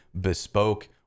bespoke